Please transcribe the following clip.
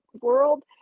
world